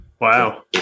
Wow